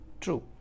true